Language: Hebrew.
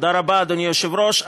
תודה רבה, אדוני היושב-ראש.